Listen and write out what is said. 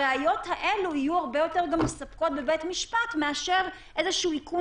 הראיות האלו יהיו הרבה יותר מספקות בבית משפט מאשר איזשהו איכון